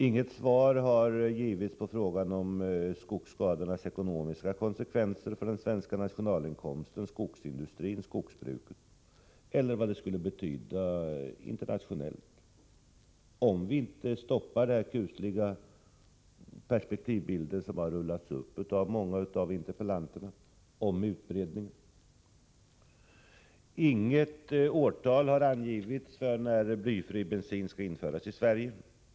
Inget svar har givits på frågan om skogsskadornas ekonomiska konsekvenser för den svenska nationalinkomsten, skogsindustrin och skogsbruket eller på frågan vad det skulle betyda internationellt om vi inte stoppar utbredningen innan den kusliga perspektivbild som har målats upp av många av interpellanterna blir verklighet. Inget årtal har angivits för när blyfri bensin skall införas i Sverige.